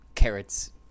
Carrots